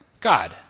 God